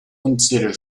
unzählige